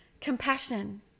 compassion